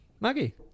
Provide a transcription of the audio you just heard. Maggie